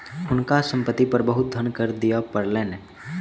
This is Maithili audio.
हुनका संपत्ति पर बहुत धन कर दिअ पड़लैन